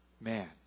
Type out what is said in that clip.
man